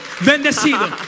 bendecido